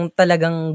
talagang